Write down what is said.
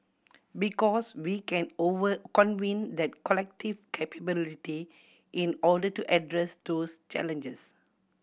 because we can over convene that collective capability in order to address those challenges